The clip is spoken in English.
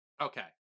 Okay